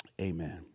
Amen